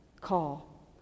call